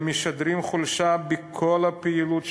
הם משדרים חולשה בכל הפעילות שלהם,